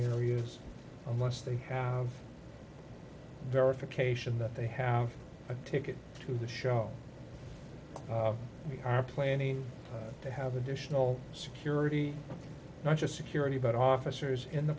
areas unless they have verification that they have a ticket to the show we are planning to have additional security not just security but officers in the